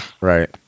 Right